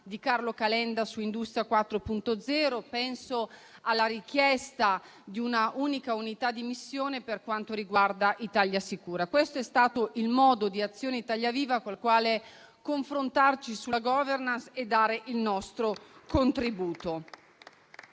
di Carlo Calenda su Industria 4.0; penso alla richiesta di un'unica unità di missione per quanto riguarda Italiasicura. Questo è stato il modo di Azione-Italia Viva-RenewEurope col quale confrontarci sulla *governance* e dare il nostro contributo.